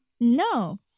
No